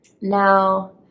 Now